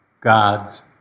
God's